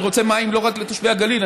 אני רוצה מים לא רק לתושבי הגליל,